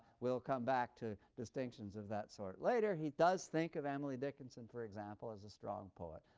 we'll come back to distinctions of that sort later. he does think of emily dickinson, for example, as a strong poet.